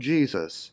Jesus